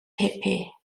pepe